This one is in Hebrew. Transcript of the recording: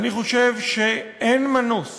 אני חושב שאין מנוס